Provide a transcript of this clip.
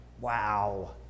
Wow